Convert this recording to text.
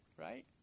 right